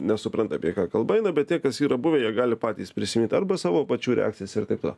nesupranta apie ką kalba eina bet tie kas yra buvę jie gali patys prisimyt arba savo pačių reakcijas ir taip toliau